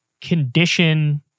condition